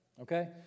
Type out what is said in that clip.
Okay